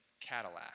Cadillac